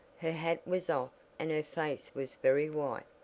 her hat was off and her face was very white.